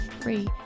free